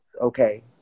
okay